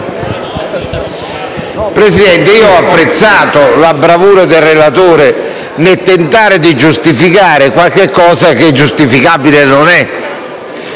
Presidente, ho apprezzato la bravura del relatore nel tentare di giustificare qualche cosa che giustificabile non è.